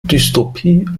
dystopie